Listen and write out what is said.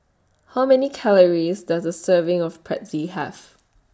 How Many Calories Does A Serving of Pretzel Have